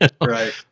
Right